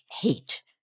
hate